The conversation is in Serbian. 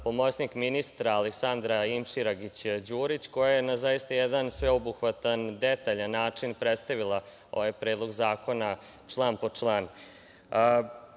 pomoćnik ministra Aleksandra Imširagić Đurić, koja je na zaista jedan sveobuhvatan i detaljan način predstavila ovaj Predlog zakona član po član. Ovaj